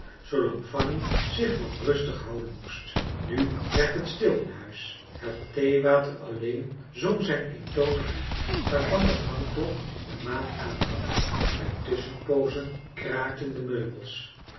zoolang fanny zich nog rustig houden moest nu werd het stil in huis het theewater alleen zong zijn eentonig lied waarvan de gangklok de maat aangaf bij tusschenpoozen kraakten de meubels